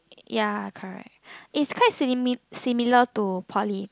ya correct is quite simi~ similar to poly